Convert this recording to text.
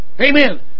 Amen